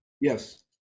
Yes